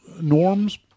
norms